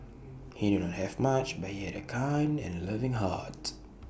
he did not have much but he had A kind and loving heart